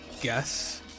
guess